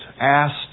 asked